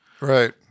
Right